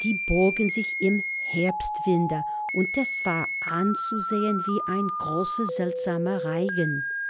die bogen sich im herbstwinde und es war anzusehen wie ein großer seltsamer reigen